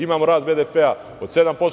Imamo rast BDP-a od 7%